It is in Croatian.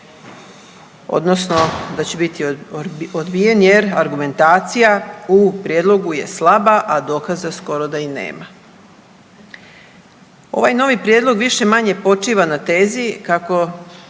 odnosno da će biti odbijen jer argumentacija u prijedlogu je slaba, a dokaza skoro da i nema. Ovaj novi prijedlog više-manje počiva na tezi kako